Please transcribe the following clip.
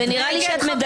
מי